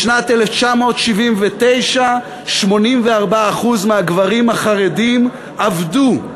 בשנת 1979, 84% מהגברים החרדים עבדו.